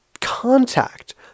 contact